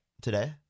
today